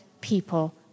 people